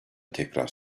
tekrar